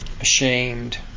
ashamed